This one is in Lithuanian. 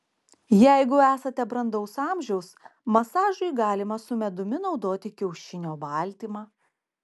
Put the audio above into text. jeigu esate brandaus amžiaus masažui galima su medumi naudoti kiaušinio baltymą